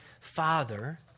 father